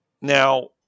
Now